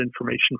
information